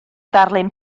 ddarlun